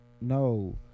no